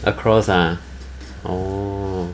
across ah oh